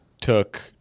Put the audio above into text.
took